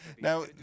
Now